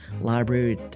Library